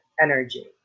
energy